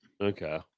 Okay